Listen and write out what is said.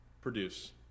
produce